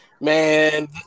Man